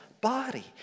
body